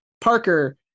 Parker